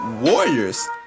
Warriors